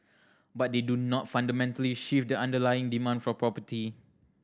but they do not fundamentally shift the underlying demand for property